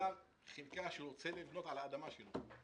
בגלל חלקה שהוא רוצה לבנות על האדמה שלו,